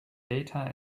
data